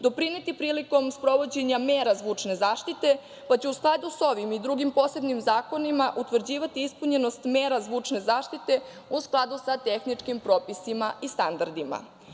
doprineti prilikom sprovođenja mera zvučne zaštite, pa će u skladu sa ovim i drugim posebnim zakonima utvrđivati ispunjenost mera zvučne zaštite u skladu sa tehničkim propisima i standardima.I